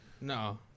No